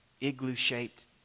igloo-shaped